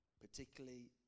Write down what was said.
particularly